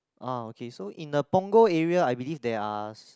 uh okay so in the Punggol area I believe there are